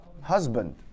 husband